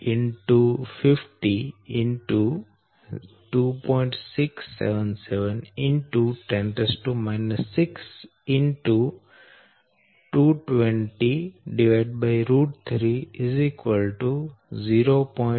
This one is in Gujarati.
67710 6 2203 0